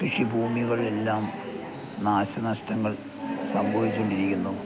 കൃഷി ഭൂമികൾലെല്ലാം നാശനഷ്ടങ്ങൾ സംഭവിച്ചൊണ്ടിരിക്കുന്നു